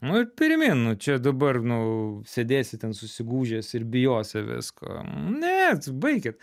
nu ir pirmyn nu čia dabar nu sėdėsi ten susigūžęs ir bijosi visko ne tai baikit